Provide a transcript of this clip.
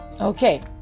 Okay